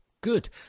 Good